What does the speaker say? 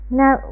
now